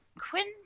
quinn